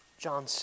John